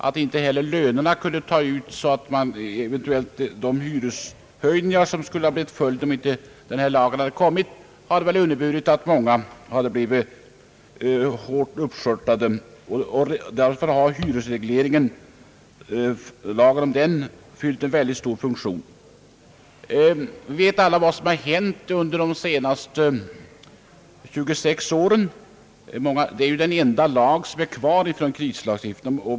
Den tidens löner var också av den karaktären, att många säkerligen skulle ha blivit uppskörtade av de hyreshöjningar som skulle genomförts om inte denna lag tillkommit. Lagen om hyresregleringen har alltså fyllt en mycket stor uppgift. Vi vet alla vad som hänt under de senaste 26 åren. Hyresregleringslagen är den enda lag som kvarstår från kristidslagstiftningen.